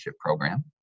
program